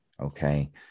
okay